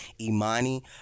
Imani